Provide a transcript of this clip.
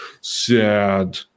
sad